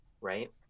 right